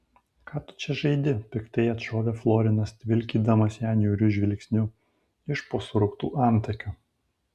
ką tu čia žaidi piktai atšovė florinas tvilkydamas ją niūriu žvilgsniu iš po surauktų antakių